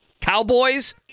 Cowboys